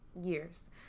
years